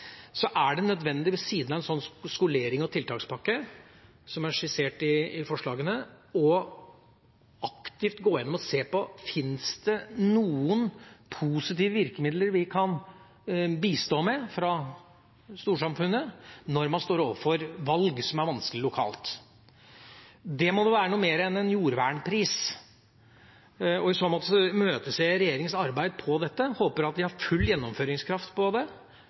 ved siden av en sånn skolering og tiltakspakke som er skissert i forslagene, er det nødvendig å gå aktivt inn og se på om det fins noen positive virkemidler vi kan bistå med fra storsamfunnets side når man står overfor vanskelige valg lokalt. Det må være noe mer enn en jordvernpris, og i så måte imøteser jeg regjeringas arbeid på dette området, og jeg håper de har full gjennomføringskraft på det – fullt trøkk – slik at vi nettopp får se at det